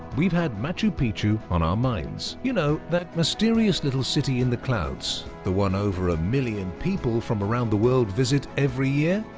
we've had machu picchu on our minds. you know, that mysterious little city in the clouds, the one over a million people from around the world visit every year?